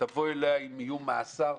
עם איומי מאסר,